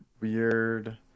weird